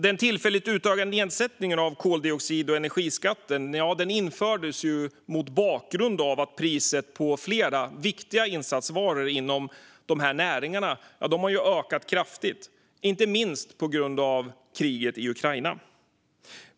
Den tillfälligt utökade nedsättningen av koldioxid och energiskatterna infördes mot bakgrund av att priset på flera viktiga insatsvaror inom dessa näringar ökat kraftigt, inte minst på grund av kriget i Ukraina.